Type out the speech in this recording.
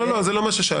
לא, זה לא מה ששאלתי.